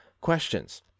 questions